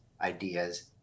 ideas